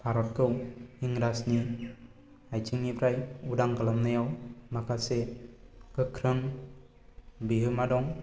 भारतखौ इंराजनि आइथिंनिफ्राय उदां खालामनायाव माखासे गोख्रों बिहोमा दं